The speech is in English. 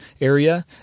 area